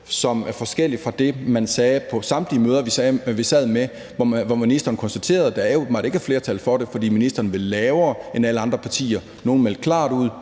som er forskellig fra det, man sagde på samtlige møder, vi sad med til, hvor ministeren konstaterede, at der åbenbart ikke er et flertal for det. For ministeren vil have, det skal være lavere, end alle andre partier vil have. Nogle meldte klart ud,